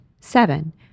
Seven